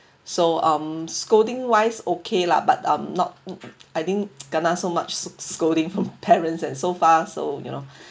so um scolding wise okay lah but I'm not I think kena so much so~ scolding from parents and so far so you know